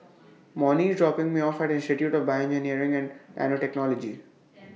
Monnie IS dropping Me off At Institute of Bioengineering and Nanotechnology